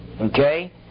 Okay